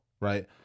right